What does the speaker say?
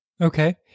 Okay